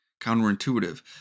counterintuitive